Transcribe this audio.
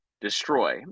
destroy